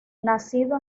nacido